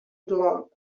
dawn